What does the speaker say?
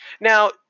Now